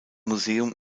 museum